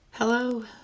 hello